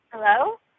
Hello